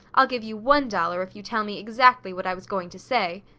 i'll give you one dollar if you tell me exactly what i was going to say.